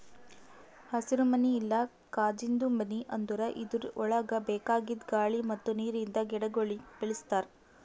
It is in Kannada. ಹಸಿರುಮನಿ ಇಲ್ಲಾ ಕಾಜಿಂದು ಮನಿ ಅಂದುರ್ ಇದುರ್ ಒಳಗ್ ಬೇಕಾಗಿದ್ ಗಾಳಿ ಮತ್ತ್ ನೀರಿಂದ ಗಿಡಗೊಳಿಗ್ ಬೆಳಿಸ್ತಾರ್